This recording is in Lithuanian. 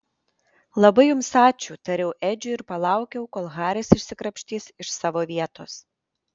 labai jums ačiū tariau edžiui ir palaukiau kol haris išsikrapštys iš savo vietos